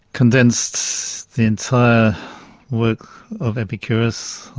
condensed the entire work of epicurus,